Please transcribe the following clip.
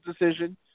decision